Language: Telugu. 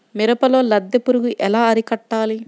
మిరపలో లద్దె పురుగు ఎలా అరికట్టాలి?